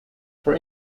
for